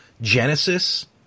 Genesis